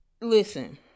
Listen